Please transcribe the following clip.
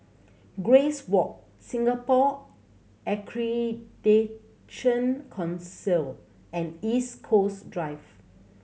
Grace Walk Singapore Accreditation Council and East Coast Drive